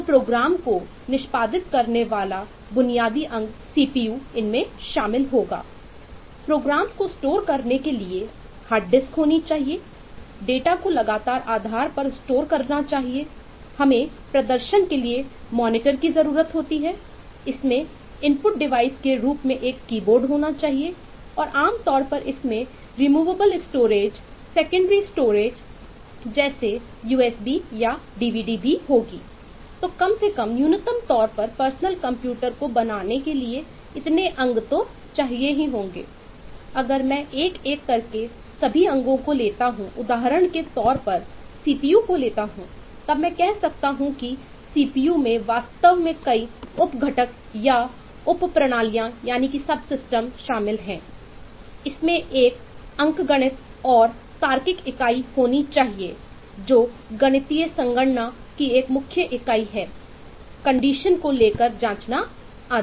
programmes को store करने के लिए हार्ड डिस्क को लेकर जांचना आदि